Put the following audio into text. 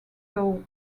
though